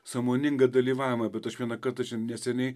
sąmoningą dalyvavimą bet aš vieną kartą čia neseniai